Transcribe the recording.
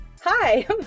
Hi